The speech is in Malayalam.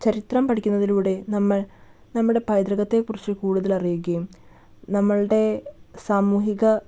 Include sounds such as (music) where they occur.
(unintelligible) ചരിത്രം പഠിക്കുന്നതിലൂടെ നമ്മൾ നമ്മുടെ പൈതൃകത്തെക്കുറിച്ച് കൂടുതൽ അറിയുകയും നമ്മുടെ സാമൂഹിക